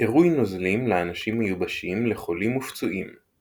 עירוי נוזלים לאנשים מיובשים, לחולים ופצועים;